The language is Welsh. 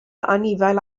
anifail